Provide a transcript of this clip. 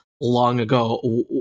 long-ago